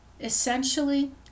Essentially